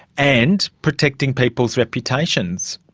and protecting people's reputations?